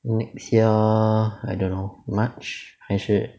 next year I don't know march 还是